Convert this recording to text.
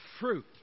fruit